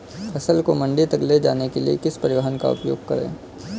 फसल को मंडी तक ले जाने के लिए किस परिवहन का उपयोग करें?